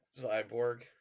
Cyborg